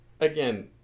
Again